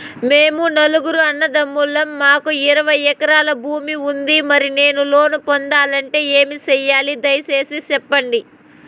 మేము నలుగురు అన్నదమ్ములం మాకు ఇరవై ఎకరాల భూమి ఉంది, మరి నేను లోను పొందాలంటే ఏమి సెయ్యాలి? దయసేసి సెప్పండి?